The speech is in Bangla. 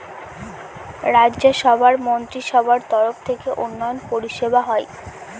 রাজ্য সভার মন্ত্রীসভার তরফ থেকে উন্নয়ন পরিষেবা হয়